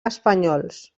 espanyols